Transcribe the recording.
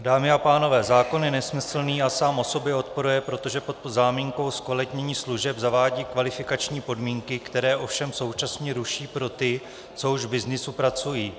Dámy a pánové, zákon je nesmyslný a sám o sobě odporuje, protože pod záminkou zkvalitnění služeb zavádí kvalifikační podmínky, které ovšem současně ruší pro ty, co už v byznysu pracují.